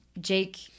Jake